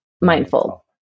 mindful